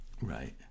Right